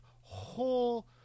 whole